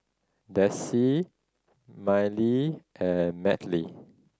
Dessie Mylee and Mattye